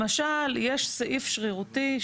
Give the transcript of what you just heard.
למשל יש סעיף שרירותי,